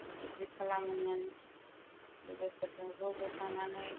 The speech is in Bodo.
बिदि खालामनानै लोगोफोरजों ज' ज' थांनानै